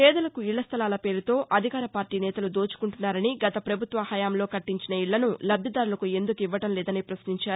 పేదలకు ఇళ్ల స్థలాల పేరుతో అధికార పార్టీ నేతలు దోచుకుంటున్నారని గత ప్రభుత్వ హయాంలో కట్టించిన ఇళ్లను లబ్దిదారులకు ఎందుకివ్వడం లేదని ప్రశ్నించారు